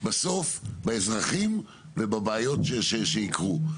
בסוף באזרחים ובבעיות שייקרו,